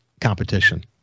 competition